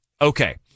Okay